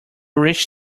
reach